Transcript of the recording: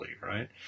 Right